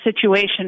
situation